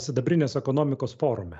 sidabrinės ekonomikos forume